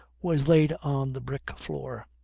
was laid on the brick floor.